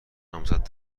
نامزد